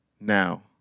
Now